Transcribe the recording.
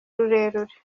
rurerure